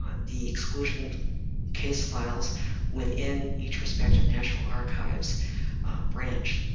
um the exclusion case files within each respective national archives branch